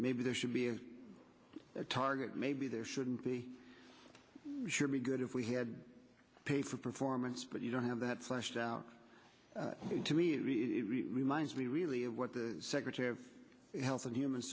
maybe there should be a target maybe there shouldn't be should be good if we had to pay for performance but you don't have that fleshed out to me it reminds me really of what the secretary of health and human